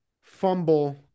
fumble